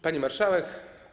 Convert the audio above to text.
Pani Marszałek!